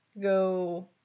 go